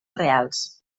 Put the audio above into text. reals